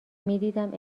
میدیدم